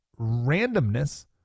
randomness